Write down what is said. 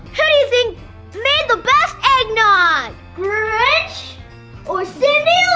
who do you think made the best eggnog? grinch or so